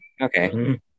Okay